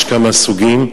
יש כמה סוגים.